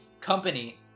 company